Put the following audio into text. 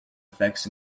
effects